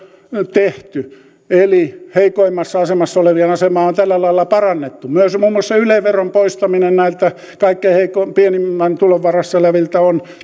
tehty eli heikoimmassa asemassa olevien asemaa on on tällä lailla parannettu myös muun muassa yle veron poistaminen näiltä kaikkein pienimmän tulon varassa olevilta on